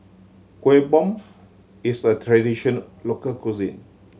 Kuih Bom is a tradition local cuisine